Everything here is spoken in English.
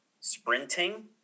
sprinting